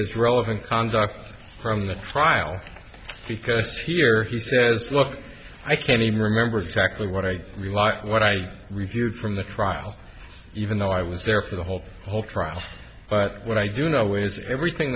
his relevant conduct from the trial because here he says look i can't even remember exactly what i realize what i reviewed from the trial even though i was there for the whole whole trial but what i do know is that everything